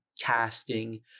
casting